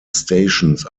stations